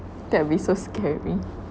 that will be so scary